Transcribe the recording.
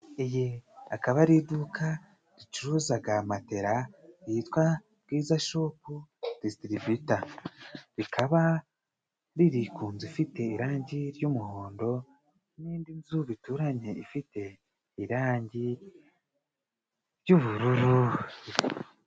Iyi akaba ari iduka ricuruzaga matela yitwa bwiza shopu disitiribiyuta. Rikaba riri ku nzu ifite irangi ry'umuhondo n'indi nzu bituranye ifite irangi ry'ubururu.